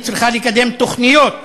היא צריכה לקדם תוכניות.